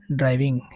driving